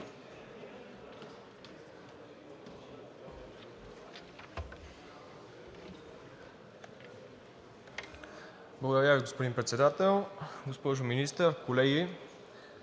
Благодаря, господин Председател. Госпожо Министър, госпожо